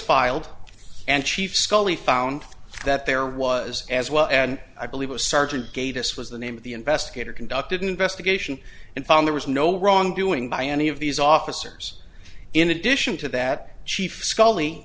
filed and chief scully found that there was as well and i believe a sergeant gave us was the name of the investigator conducted an investigation and found there was no wrongdoing by any of these officers in addition to that chief sc